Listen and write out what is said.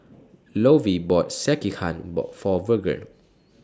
Lovie bought Sekihan For Virgel